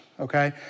okay